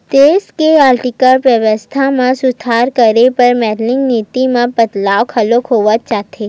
देस के आरथिक बेवस्था ल सुधार करे बर मौद्रिक नीति म बदलाव घलो होवत जाथे